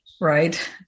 right